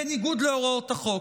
בניגוד להוראות החוק.